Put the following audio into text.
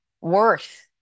worth